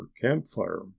campfire